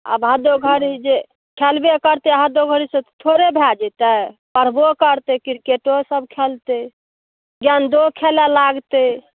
आब हदो घड़ी जे खेलबे करतै हदो घड़ी से थोड़े भए जेतै पढ़बो करतै क्रिकेटो सब खेलतै गेंदों खेलऽ लागतै